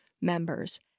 members